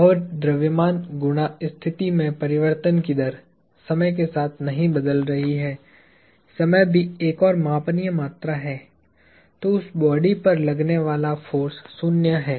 और यदि द्रव्यमान गुना स्थिति में परिवर्तन की दर समय के साथ नहीं बदल रही है समय भी एक और मापनीय मात्रा है तो उस बॉडी पर लगने वाला फोर्स शून्य है